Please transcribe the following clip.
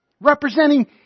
Representing